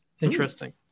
interesting